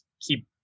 keep